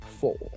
Four